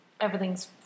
Everything's